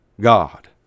God